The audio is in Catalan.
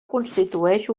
constitueix